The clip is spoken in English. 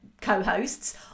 co-hosts